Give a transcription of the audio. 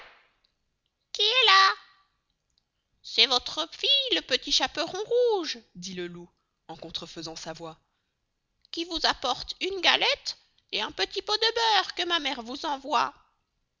qui est là c'est vôtre fille le petit chaperon rouge dit le loup en contrefaisant sa voix qui vous apporte une galette et un petit pot de beurre que ma mere vous envoye